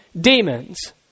demons